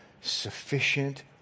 sufficient